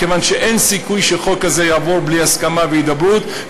כיוון שאין סיכוי שחוק כזה יעבור בלי הסכמה והידברות,